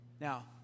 Now